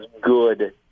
good